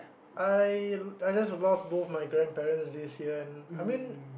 I I just lost both my grandparents this year and I mean